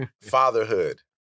fatherhood